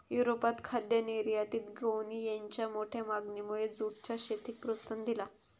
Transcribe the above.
युरोपात खाद्य निर्यातीत गोणीयेंच्या मोठ्या मागणीमुळे जूटच्या शेतीक प्रोत्साहन दिला